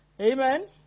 Amen